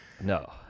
No